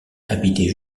habitait